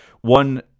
one